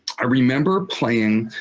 i remember playing.